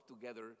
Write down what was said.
together